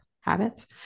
habits